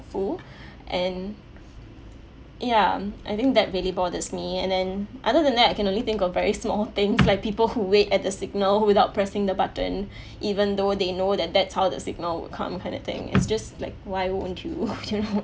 disrespectful and ya I think that really bothers me and then other than that I can only think of very small things like people who wait at the signal without pressing the button even though they know that that's how the signal would come kind of thing it's just like why won't you you know